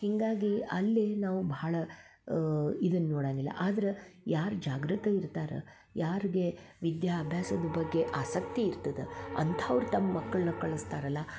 ಹೀಗಾಗಿ ಅಲ್ಲಿ ನಾವು ಬಹಳ ಇದನ್ನ ನೋಡಂಗಿಲ್ಲ ಆದ್ರೆ ಯಾರು ಜಾಗೃತೆ ಇರ್ತಾರ ಯಾರ್ಗೆ ವಿದ್ಯಾಭ್ಯಾಸದ ಬಗ್ಗೆ ಆಸಕ್ತಿ ಇರ್ತದ ಅಂಥವ್ರು ತಮ್ಮ ಮಕ್ಕುಳನ್ನು ಕಳಿಸ್ತಾರಲ್ಲ